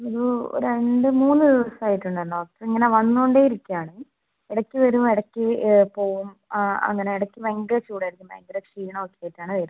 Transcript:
ഒരു ഒരു രണ്ട് മൂന്ന് ദിവസമായിട്ടുണ്ടല്ലോ ഇങ്ങനെ വന്നുകൊണ്ടേ ഇരിക്കുകയാണ് ഇടയ്ക്ക് വരും ഇടയ്ക്ക് പോവും അങ്ങനെ ഇടയ്ക്ക് ഭയങ്കര ചൂടായിരിക്കും ഭയങ്കര ക്ഷീണം ഒക്കെ ആയിട്ടാണ് വരുന്നത്